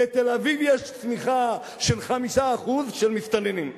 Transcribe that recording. בתל-אביב יש צמיחה של 5% של מסתננים.